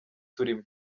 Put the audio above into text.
turimo